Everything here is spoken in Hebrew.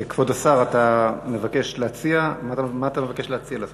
כבוד השר, מה אתה מבקש להציע?